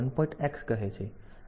X કહે છે